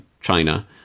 China